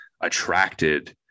attracted